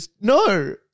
No